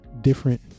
different